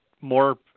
more